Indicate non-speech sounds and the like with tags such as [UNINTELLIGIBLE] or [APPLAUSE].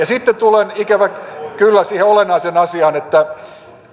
[UNINTELLIGIBLE] sitten tulen ikävä kyllä siihen olennaiseen asiaan että